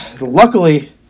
Luckily